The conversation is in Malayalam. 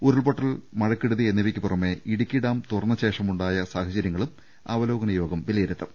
ഉരുൾപൊട്ടൽ മഴക്കെടുതി എന്നിവയ്ക്ക് പുറമെ ഇടുക്കി ഡാം തുറന്ന ശേഷമുണ്ടായ സാഹചര്യങ്ങളും അവലോകന യോഗം വില യിരുത്തും